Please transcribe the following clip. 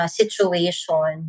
situation